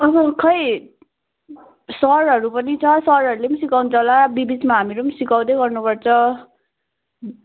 अहँ खै सरहरू पनि छ सरहरूले पनि सिकाउँछ होला बिबिचमा हामीहरूले पनि सिकाउँदै गर्नुपर्छ